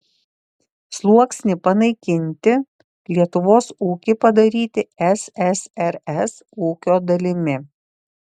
sluoksnį panaikinti lietuvos ūkį padaryti ssrs ūkio dalimi